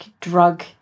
drug